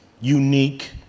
unique